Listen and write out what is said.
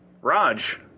Raj